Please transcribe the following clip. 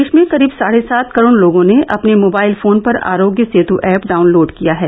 देश में करीब साढ़े सात करोड़ लोगों ने अपने मोबाइल फोन पर आरोग्य सेत् ऐप डाउनलोड किया है